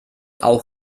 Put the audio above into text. auch